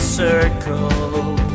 circles